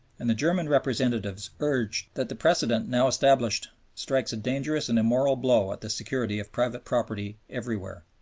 and the german representatives urged that the precedent now established strikes a dangerous and immoral blow at the security of private property everywhere.